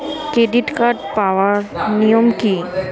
Credit card পাওয়ার নিয়ম কী?